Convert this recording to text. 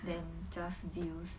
than just views